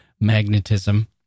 magnetism